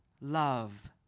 love